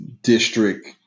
district